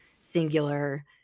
singular